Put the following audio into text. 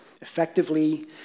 Effectively